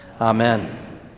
Amen